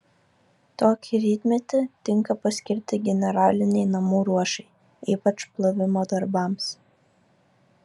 tokį rytmetį tinka paskirti generalinei namų ruošai ypač plovimo darbams